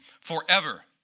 forever